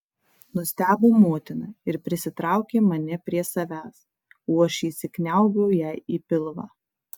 nustebo motina ir prisitraukė mane prie savęs o aš įsikniaubiau jai į pilvą